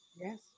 yes